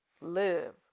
live